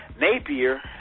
Napier